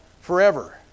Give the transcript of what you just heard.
forever